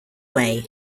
way